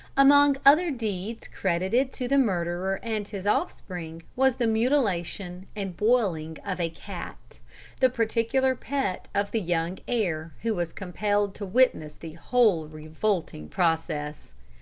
among other deeds credited to the murderer and his offspring was the mutilation and boiling of a cat the particular pet of the young heir, who was compelled to witness the whole revolting process.